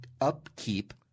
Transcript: upkeep